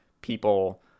people